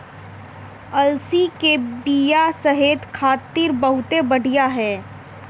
अलसी के बिया सेहत खातिर बहुते बढ़िया ह